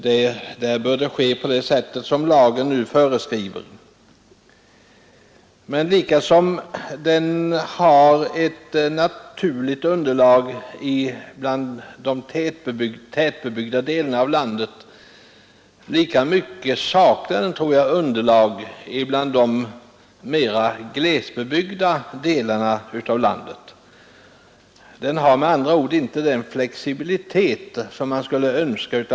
Hanteringen bör där ske på det sätt som lagen nu föreskriver. Att den på ett naturligt sätt kan tillämpas vid tättbebyggda områden innebär dock inte att den passar lika väl för landets mera glesbebyggda delar. Lagen har inte en sådan flexibilitet som man skulle önska.